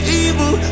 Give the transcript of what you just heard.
evil